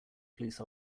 police